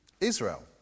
Israel